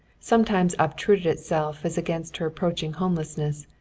sometimes obtruded itself as against her approaching homelessness,